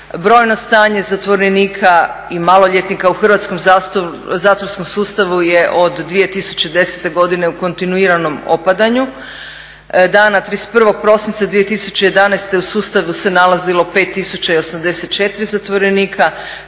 Brojno stanje zatvorenika i maloljetnika u hrvatskom zatvorskom sustavu je od 2010.godine u kontinuiranom opadanju. Dana 31.prosinca 2011.u sustavu se nalazilo 5.084 zatvorenika,